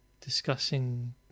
discussing